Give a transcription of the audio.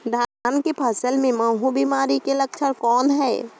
धान के फसल मे महू बिमारी के लक्षण कौन हे?